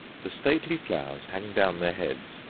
the stately flowers hang down their heads,